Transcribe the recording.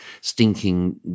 stinking